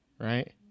right